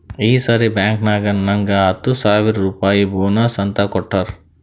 ಈ ಸರಿ ಬ್ಯಾಂಕ್ನಾಗ್ ನಂಗ್ ಹತ್ತ ಸಾವಿರ್ ರುಪಾಯಿ ಬೋನಸ್ ಅಂತ್ ಕೊಟ್ಟಾರ್